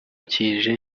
kije